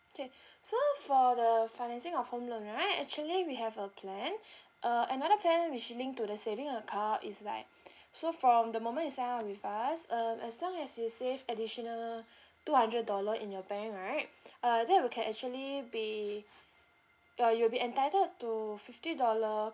K so for the financing of home loan right actually we have a plan uh another plan which is linked to the saving account is like so from the moment you sign up with us um as long as you save additional two hundred dollar in your bank right uh that we can actually be uh you'll be entitled to fifty dollar